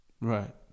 Right